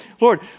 Lord